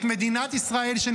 את מדינת ישראל,